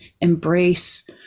embrace